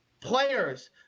players